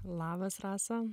labas rasa